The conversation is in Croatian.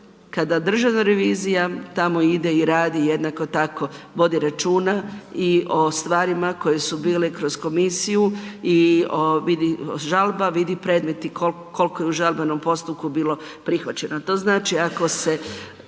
kada državna revizija tamo ide i radi jednako tako vodi računa i o stvarima koje su bile kroz komisiju i o vidi, žalba vidi predmeti koliko je u žalbenom postupku bilo prihvaćeno,